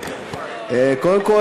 קודם כול,